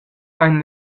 ein